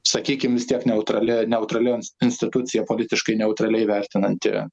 sakykim vis tiek neutrali neutrali institucija politiškai neutraliai vertinanti